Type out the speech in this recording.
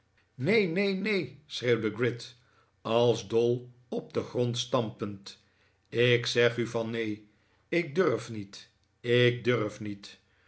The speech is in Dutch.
neen neen neenl schreeuwde gride als dol op den grond stampend ik zeg u van neen ik durf niet ik durf niet